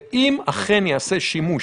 ואם אכן ייעשה שימוש,